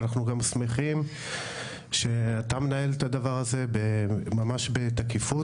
אבל אנחנו גם שמחים שאתה מנהל את הדבר הזה ממש בתקיפות.